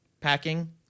packing